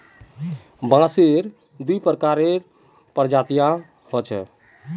बांसेर दी प्रकारेर प्रजातियां ह छेक